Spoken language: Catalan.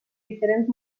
diferents